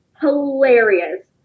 hilarious